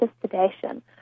sedation